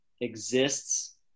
exists